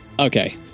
Okay